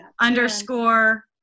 underscore